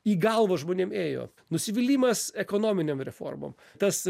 į galvą žmonėm ėjo nusivylimas ekonominėm reformom tas